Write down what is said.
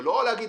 ולא להגיד,